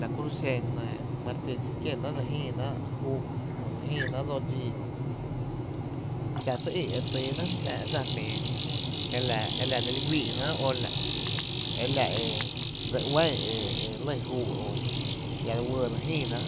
La kuro’ xenɇ ma re ti dxi kié náá’ juu’ o dse jïï náá’ dsóo dxii kö, xa ty í’ e tyy jnáá’ dsa jmíi e la dseli güi’ náá’ o e la e dse uá’ e lɇ juu’ o jia’ uɇɇ dse jïi náá’